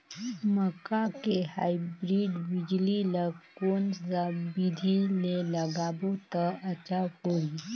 मक्का के हाईब्रिड बिजली ल कोन सा बिधी ले लगाबो त अच्छा होहि?